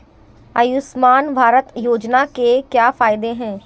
आयुष्मान भारत योजना के क्या फायदे हैं?